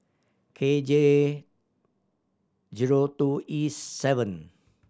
K J zero two E seven